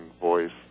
voice